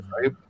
right